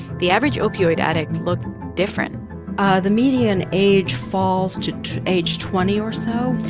the average opioid addict looked different the median age falls to age twenty or so.